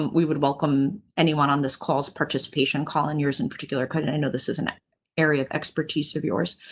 we would welcome anyone on this call's participation call and yours in particular. couldn't i know this is an area of expertise of yours,